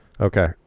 Okay